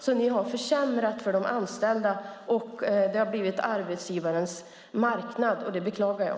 Ni har alltså försämrat för de anställda, och det har blivit arbetsgivarens marknad. Det beklagar jag.